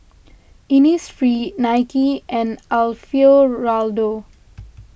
Innisfree Nike and Alfio Raldo